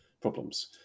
problems